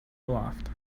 aloft